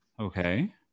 okay